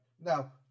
Now